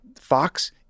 Fox